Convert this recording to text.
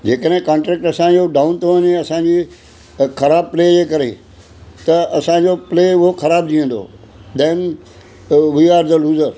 जकेॾहिं contract असांजो down थो वञे असांजे ख़राब प्ले जे करे त असांजो प्ले उहो ख़राब थी वेंदो then we are the loser